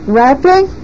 rapping